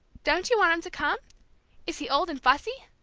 don't you want him to come is he old and fussy?